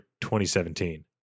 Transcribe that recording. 2017